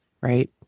right